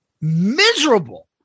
miserable